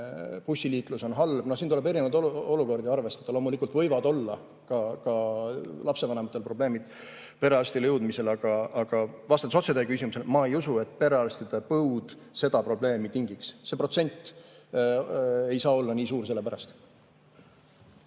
bussiliiklus on halb. Siin tuleb erinevaid olukordi arvestada. Loomulikult võivad olla ka lapsevanematel probleemid perearstile jõudmisega, aga vastates otse teie küsimusele: ma ei usu, et perearstide põud seda probleemi tingiks. See protsent ei saa olla nii suur selle pärast.